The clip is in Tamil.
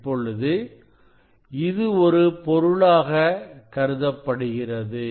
இப்பொழுது இது ஒரே பொருளாக கருதப்படுகிறது